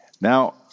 Now